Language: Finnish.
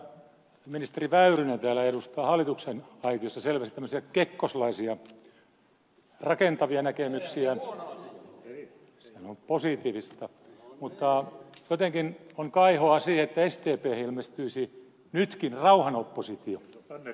minusta on kuulostanut että ministeri väyrynen täällä edustaa hallituksen aitiossa selvästi tämmöisiä kekkoslaisia rakentavia näkemyksiä ei sehän on positiivista mutta jotenkin on kaihoa siihen että sdphen ilmestyisi nytkin rauhan oppositio